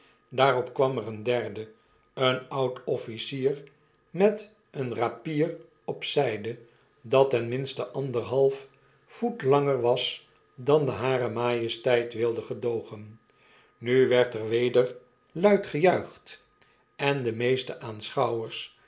daarop kwam er een derde een oud officier met een rapier op zijde dat ten minste anderhalf voet langer was dan hare majesteit wilde gedoogen nu werd er weder luid gejuicht en de meeste aanschouwers